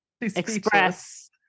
express